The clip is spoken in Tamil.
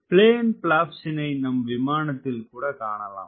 பிளேன் பிளாப்ஸினை நம் விமானத்தில் கூடக் காணலாம்